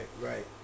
Right